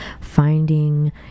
finding